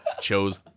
chose